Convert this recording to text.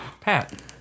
Pat